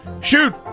Shoot